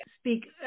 speak